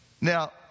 Now